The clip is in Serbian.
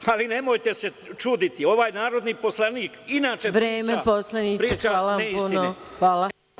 Ali, nemojte se čuditi, ovaj narodni poslanik inače priča neistine.